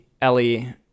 Ellie